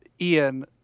Ian